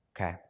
Okay